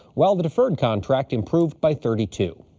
while the deferred contract improved by thirty two.